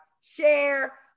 share